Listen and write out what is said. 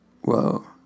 Whoa